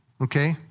okay